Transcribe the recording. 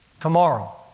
tomorrow